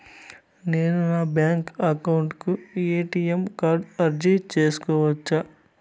నేను నా bank account కు ఎ.టి.ఎం కార్డు అర్జీ సేసుకోవచ్చా?